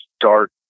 dark